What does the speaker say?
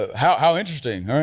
ah how how interesting, huh?